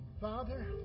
Father